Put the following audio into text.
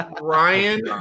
ryan